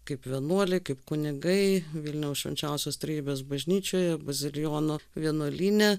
kaip vienuoliai kaip kunigai vilniaus švenčiausios trejybės bažnyčioje bazilijonų vienuolyne